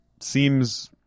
seems